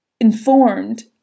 informed